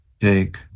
take